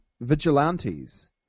vigilantes